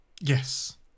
Yes